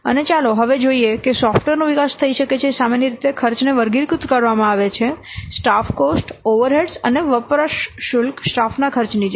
અને હવે ચાલો જોઈએ કે સોફ્ટવેરનો વિકાસ થઈ શકે છે સામાન્ય રીતે ખર્ચને વર્ગીકૃત કરવામાં આવે છે સ્ટાફ કોસ્ટ ઓવરહેડ્સ અને વપરાશ શુલ્ક સ્ટાફના ખર્ચની જેમ